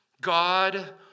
God